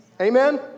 Amen